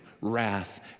Wrath